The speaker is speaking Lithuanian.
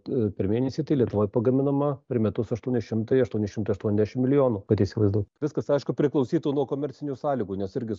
per mėnesį tai lietuvoj pagaminama per metus aštuoni šimtai aštuoni šimtai aštuoniasdešimt milijonų kad įsivaizduot viskas aišku priklausytų nuo komercinių sąlygų nes irgi